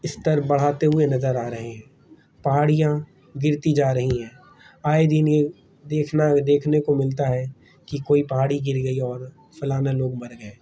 استر بڑھاتے ہوئے نظر آ رہے ہیں یہاڑیاں گرتی جا رہی ہیں آئے دن یہ دیکھنا دیکھنے کو ملتا ہے کہ کوئی پہاڑی گر گئی اور فلانا لوگ مر گئے